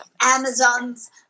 Amazon's